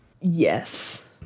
Yes